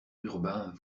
urbain